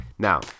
Now